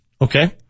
Okay